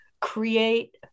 create